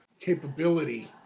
capability